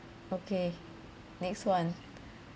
okay next one